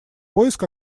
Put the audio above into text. поиск